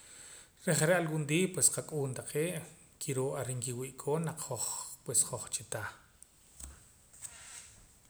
Reh je're' algún día pues qak'uun taqee' kiroo ar nkiwi'koon naq hoj pues hoj cha tah